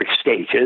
stages